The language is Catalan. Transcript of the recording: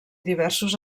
diversos